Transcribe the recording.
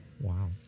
Wow